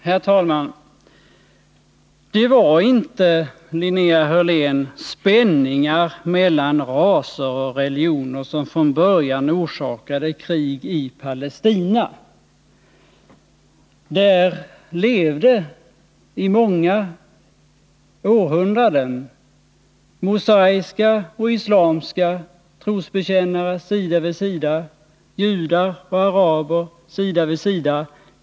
Herr talman! Det var inte, Linnea Hörlén, spänningar mellan raser och religioner som från början orsakade krig i Palestina. Där levde under många århundraden mosaiska och islamiska trosbekännare, judar och araber sida vid sida.